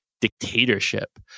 dictatorship